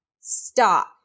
stop